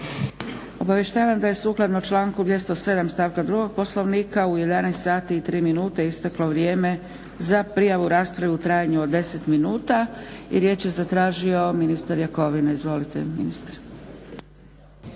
Obavještavam da je sukladno članku 207. stavka 2. Poslovnika u 11,03 sati isteklo vrijeme za prijavu rasprave u trajanju od 10 minuta. Riječ je zatražio ministar Jakovina. Izvolite ministre.